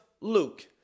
Luke